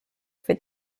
for